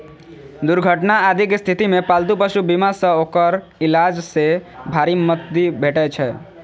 दुर्घटना आदिक स्थिति मे पालतू पशु बीमा सं ओकर इलाज मे भारी मदति भेटै छै